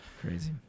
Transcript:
Crazy